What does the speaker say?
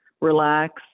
relax